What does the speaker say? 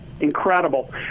Incredible